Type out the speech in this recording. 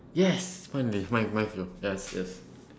yes finally mine mine yes yes